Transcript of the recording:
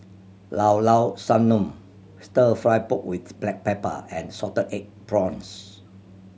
Llao Llao Sanum Stir Fry pork with black pepper and salted egg prawns